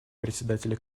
председателя